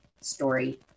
story